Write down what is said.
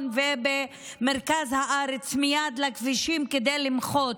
ובמרכז הארץ לכבישים מייד כדי למחות.